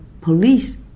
Police